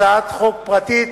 הצעת חוק פרטית,